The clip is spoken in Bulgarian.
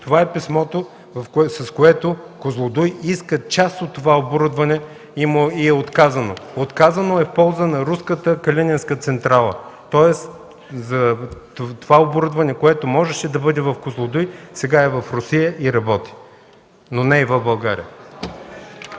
Това е писмото, с което „Козлодуй” иска част от това оборудване и е отказано в полза на Руската калининска централа. Тоест това оборудване, което можеше да бъде в „Козлодуй”, сега е в Русия и работи, но не и в България.